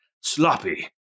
Sloppy